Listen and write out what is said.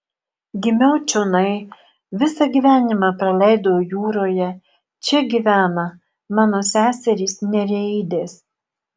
gimiau čionai visą gyvenimą praleidau jūroje čia gyvena mano seserys nereidės